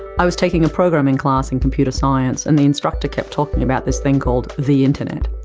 i was taking a programming class in computer science and the instructor kept talking about this thing called the internet.